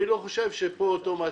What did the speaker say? אני לא חושב שאוטומטית,